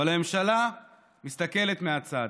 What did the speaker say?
אבל הממשלה מסתכלת מהצד.